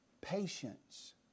patience